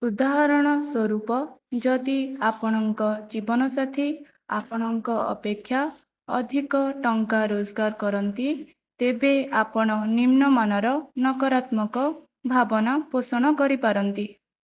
ଉଦାହରଣ ସ୍ୱରୂପ ଯଦି ଆପଣଙ୍କ ଜୀବନସାଥି ଆପଣଙ୍କ ଅପେକ୍ଷା ଅଧିକ ଟଙ୍କା ରୋଜଗାର କରନ୍ତି ତେବେ ଆପଣ ନିମ୍ନମାନର ନକାରାତ୍ମକ ଭାବନା ପୋଷଣ କରିପାରନ୍ତି